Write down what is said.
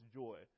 joy